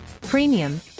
premium